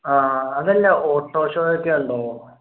ആ അതല്ല auto show ഒക്കെ ഉണ്ടോ